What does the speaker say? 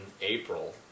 April